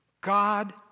God